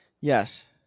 yes